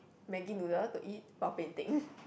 maggi noodle to eat while painting